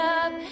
up